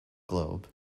globe